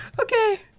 Okay